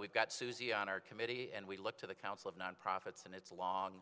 we've got susie on our committee and we look to the council of nonprofits and it's a long